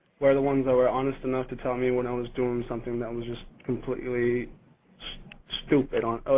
were the ones that were honest enough to tell me when i was doing something that was just completely stupid or,